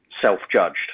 self-judged